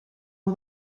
all